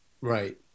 right